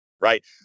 right